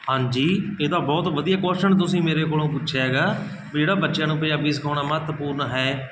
ਹਾਂਜੀ ਇਹ ਤਾਂ ਬਹੁਤ ਵਧੀਆ ਕੁਸ਼ਚਨ ਤੁਸੀਂ ਮੇਰੇ ਕੋਲੋਂ ਪੁੱਛਿਆ ਹੈਗਾ ਵੀ ਜਿਹੜਾ ਬੱਚਿਆਂ ਨੂੰ ਪੰਜਾਬੀ ਸਿਖਾਉਣਾ ਮਹੱਤਵਪੂਰਨ ਹੈ